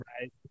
right